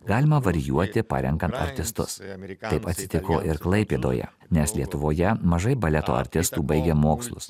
galima varijuoti parenkant artistus taip atsitiko ir klaipėdoje nes lietuvoje mažai baleto artistų baigia mokslus